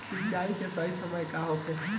सिंचाई के सही समय का होखे?